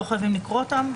לא חייבים לקרוא אותן.